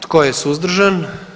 Tko je suzdržan?